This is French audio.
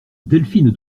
delphine